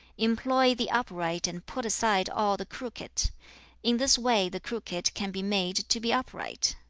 employ the upright and put aside all the crooked in this way the crooked can be made to be upright